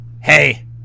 Hey